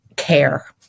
Care